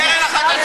לא: הקרן החדשה.